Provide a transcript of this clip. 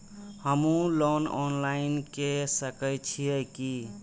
हमू loan online के सके छीये की?